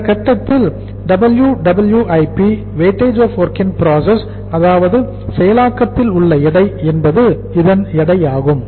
இந்த கட்டத்தில் WWIP weightage of work in process அதாவது செயலாக்கத்தில் உள்ள எடை என்பது இதன் எடை ஆகும்